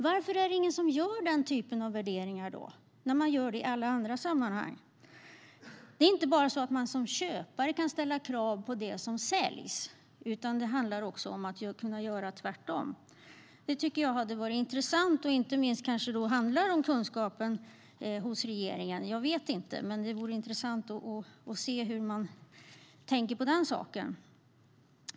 Varför är det ingen som gör den typen av värderingar då, när det görs i alla andra sammanhang? Det är inte bara så att man som köpare kan ställa krav på det som säljs, utan det handlar också om att kunna göra tvärtom. Det tycker jag hade varit intressant. Inte minst kanske det handlar om kunskapen hos regeringen - jag vet inte. Men det vore intressant att höra hur man tänker om det.